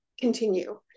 continue